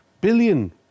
billion